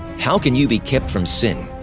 how can you be kept from sin?